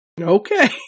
Okay